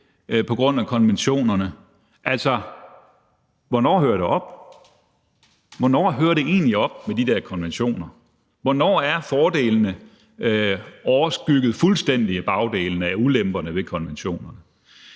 på grund af konventionerne – altså, hvornår hører det op? Hvornår hører det egentlig op med de der konventioner? Hvornår er fordelene fuldstændig overskygget af ulemperne ved konventionerne?